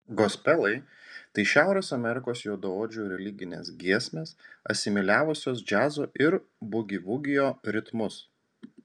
gospelai tai šiaurės amerikos juodaodžių religinės giesmės asimiliavusios džiazo ir bugivugio ritmus